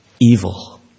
evil